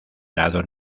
lado